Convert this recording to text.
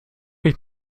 euch